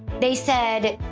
they said,